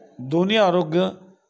दोन्ही आरोग्य